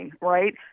right